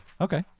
Okay